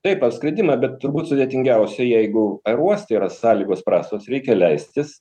taip apskridimą bet turbūt sudėtingiausia jeigu aerouoste yra sąlygos prastos reikia leistis